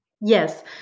Yes